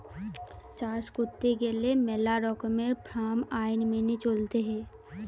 চাষ কইরতে গেলে মেলা রকমের ফার্ম আইন মেনে চলতে হৈ